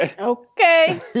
Okay